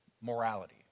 morality